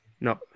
No